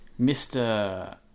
mr